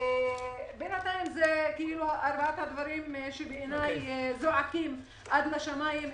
אלה ארבעת הדברים שבעיניי זועקים עד השמיים.